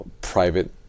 private